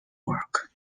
work